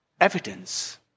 Evidence